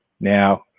now